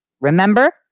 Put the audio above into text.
Remember